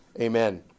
Amen